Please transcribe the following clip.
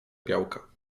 białka